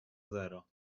zero